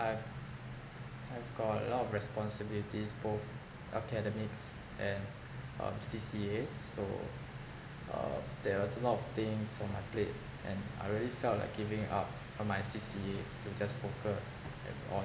I've I've got a lot of responsibilities both academics and um C_C_A so uh there was a lot of things on my plate and I really felt like giving up on my C_C_A to just focus at on